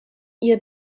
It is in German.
ihr